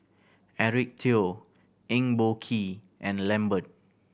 Eric Teo Eng Boh Kee and Lambert